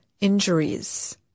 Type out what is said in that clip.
injuries